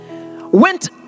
went